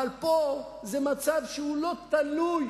אבל פה זה מצב שלא תלוי